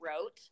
wrote